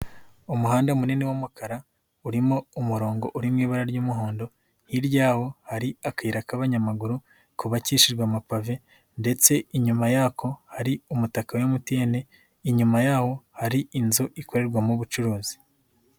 Umuhanda munini w'umukara, urimo umurongo uri mu ibara ry'umuhondo, hirya yawo hari akayira k'abanyamaguru kubakishijwe amapave ndetse inyuma yako hari umutaka wa MTN, inyuma yawo hari inzu ikorerwamo ubucuruzi.